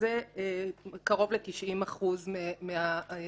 שזה קרוב ל-90% מהחובות.